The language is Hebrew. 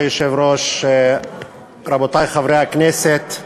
כבוד היושב-ראש, רבותי חברי הכנסת,